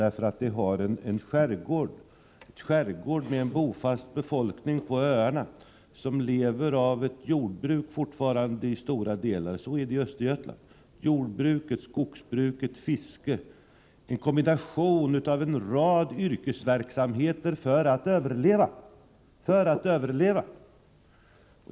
På Ostkusten finns det en skärgård med en bofast befolkning på öarna, som fortfarande i stora delar lever av jordbruk. Så är det i Östergötland. Befolkningen kombinerar en rad yrkesverksamheter, inom jordbruket, skogsbruket och fisket, för att över huvud taget överleva.